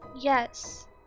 Yes